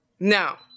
Now